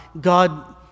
God